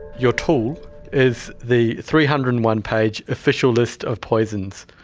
your tool is the three hundred and one page official list of poisons,